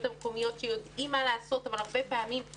המקומיות שיודעים מה לעשות אבל הרבה פעמים הם